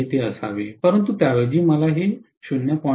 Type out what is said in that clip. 75 परंतु त्याऐवजी मला हे 0